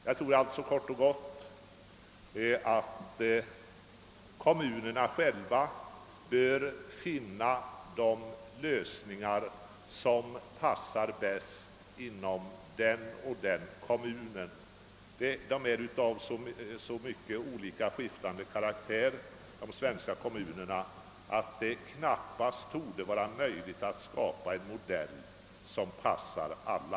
Jag tror kort sagt att kommunerna själva bör finna de lösningar som passar bäst för var och en — de svenska kommunerna har så skiftande karaktär att det knappast torde vara möjligt att skapa en modell som passar alla.